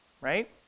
right